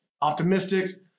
optimistic